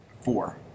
Four